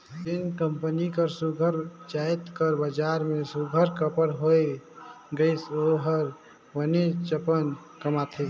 जेन कंपनी कर सुग्घर जाएत कर बजार में सुघर पकड़ होए गइस ओ हर बनेचपन कमाथे